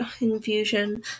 infusion